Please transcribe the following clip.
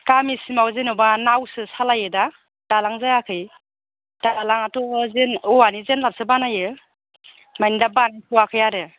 गामिसिमआव जेन'बा नावसो सालायो दा दालां जायाखै दालांआथ' जेन औवानि जेनलाबसो बानायो मानि दा बानायथ'आखै आरो